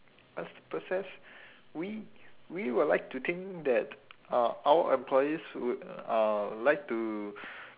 what's the process we we would like to think that uh our employees would uh like to